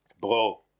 Bro